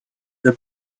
the